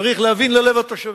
צריך להבין ללב התושבים,